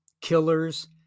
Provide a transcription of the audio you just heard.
killers